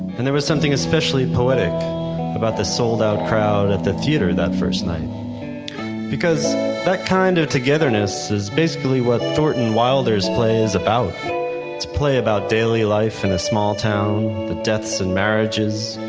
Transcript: and there was something especially poetic about the sold-out crowd at the theater that first night because that kind of togetherness is basically what thornton wilder's play is about. it's a play about daily life in a small town the deaths and marriages,